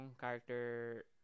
character